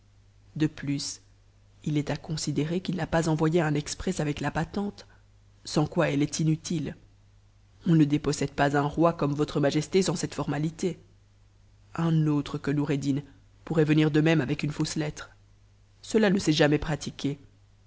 de plus il est à considérer j pas envoyé un exprès avec la patente sans quoi elle est inutile n ne dépossède pas un roi comme votre majesté sans cette formalité autre que noureddin pourrait venir de même avec une fausse lettre nia ne s'est jamais pratiqué